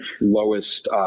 lowest